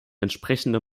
entsprechende